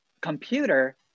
computer